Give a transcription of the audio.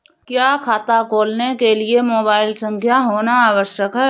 क्या खाता खोलने के लिए मोबाइल संख्या होना आवश्यक है?